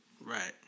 Right